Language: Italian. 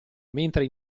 mentre